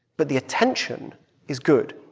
but the attention is good.